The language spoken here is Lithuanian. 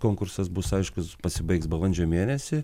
konkursas bus aiškus pasibaigs balandžio mėnesį